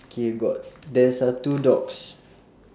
K you got there's uh two dogs